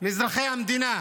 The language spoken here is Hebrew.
מאזרחי המדינה.